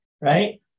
Right